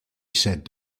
said